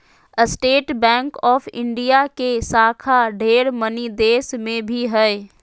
state bank of India के शाखा ढेर मनी देश मे भी हय